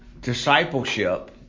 discipleship